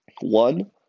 one